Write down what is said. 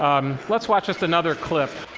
um let's watch just another clip.